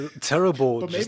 terrible